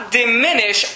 diminish